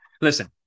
listen